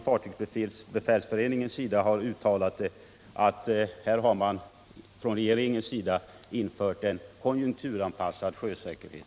Fartygsbefälsföreningen har uttalat att regeringen infört en konjunkturanpassad sjösäkerhet.